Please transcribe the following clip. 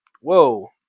whoa